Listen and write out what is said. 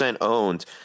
owned